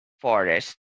forest